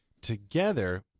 together